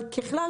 אבל ככלל,